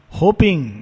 hoping